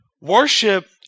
Worship